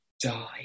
die